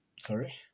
Sorry